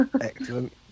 Excellent